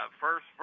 First